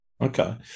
Okay